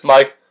Mike